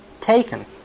Taken